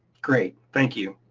great, thank you.